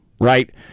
Right